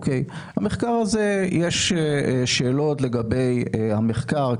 יש שאלות לגבי המחקר,